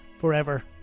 Forever